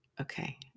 Okay